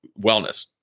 wellness